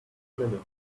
limit